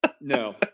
No